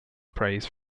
praise